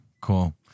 Cool